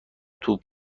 توپ